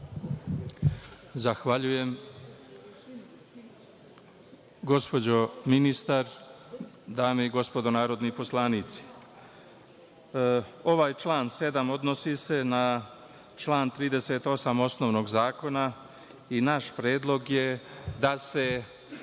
Zahvaljujem. Gospođo ministar, dame i gospodo narodni poslanici, ovaj član 7. odnosi se na član 38. osnovnog zakona i naš predlog je da se